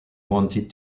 wanted